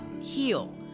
heal